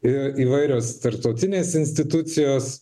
ir įvairios tarptautinės institucijos